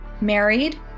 married